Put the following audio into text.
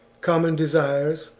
common desires,